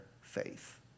faith